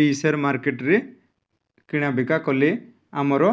ଏଇ ସେୟାର ମାର୍କେଟରେ କିଣାବିକା କଲେ ଆମର